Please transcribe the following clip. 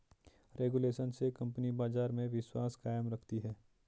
regulation से company बाजार में विश्वास कायम रखती है